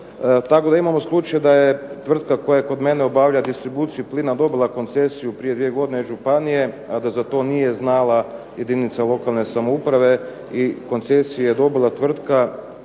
tako da imamo slučaj da je tvrtka koja kod mene obavlja distribuciju plina dobila koncesiju prije 2 godine od županije, a da za to nije znala jedinica lokalne samouprave i koncesiju je dobila tvrtka